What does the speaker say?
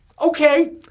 okay